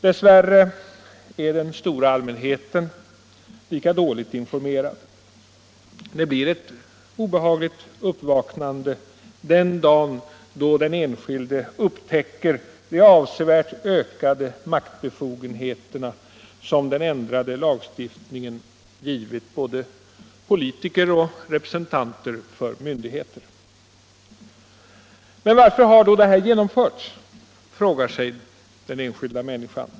Dess värre är den stora allmänheten lika dåligt informerad. Det blir ett obehagligt uppvaknande den dag då den enskilde upptäcker de avsevärt ökade maktbefogenheter som den ändrade lagstiftningen har givit såväl politiker som representanter för myndigheterna. Men, frågar den enskilda människan, varför har då detta genomförts?